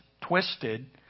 twisted